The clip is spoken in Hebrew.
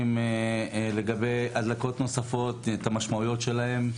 לגבי הדלקות נוספות את המשמעויות שלהם.